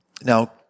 Now